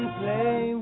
play